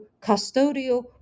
custodial